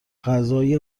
غذای